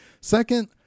Second